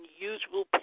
unusual